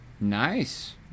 Nice